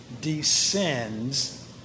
descends